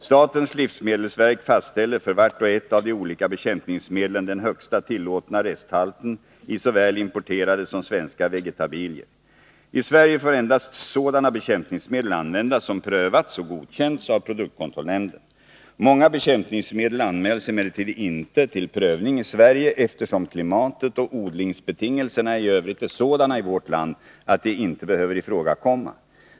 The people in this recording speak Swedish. Statens livsmedelsverk fastställer för vart och ett av de olika bekämpningsmedlen den högsta tillåtna resthalten i såväl importerade som svenska vegetabilier. I Sverige får endast sådana bekämpningsmedel användas som prövats och godkänts av produktkontrollnämnden. Många bekämpningsmedel anmäls emellertid inte till prövning i Sverige, eftersom klimatet och odlingsbetingelserna i övrigt är sådana i vårt land att de inte behöver ifrågakomma.